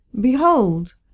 Behold